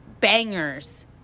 bangers